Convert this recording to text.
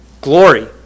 glory